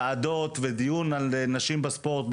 ועדות ודיון על נשים בספורט.